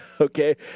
okay